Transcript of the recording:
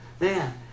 man